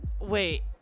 Wait